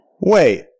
wait